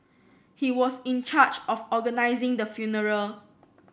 he was in charge of organising the funeral